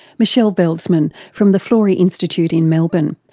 michele veldsman from the florey institute in melbourne,